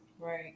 Right